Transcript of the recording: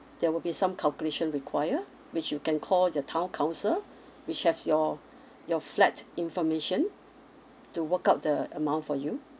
there will be some calculation require which you can call your town council which have your your flat information to work out the amount for you